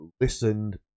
listened